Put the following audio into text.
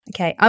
Okay